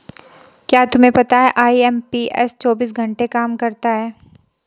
क्या तुम्हें पता है आई.एम.पी.एस चौबीस घंटे काम करता है